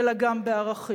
אלא גם בערכים.